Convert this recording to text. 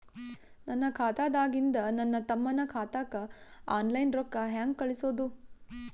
ನನ್ನ ಖಾತಾದಾಗಿಂದ ನನ್ನ ತಮ್ಮನ ಖಾತಾಗ ಆನ್ಲೈನ್ ರೊಕ್ಕ ಹೇಂಗ ಕಳಸೋದು?